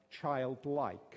childlike